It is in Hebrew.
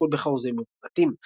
שקול בחרוזים ובבתים.